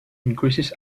increased